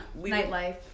nightlife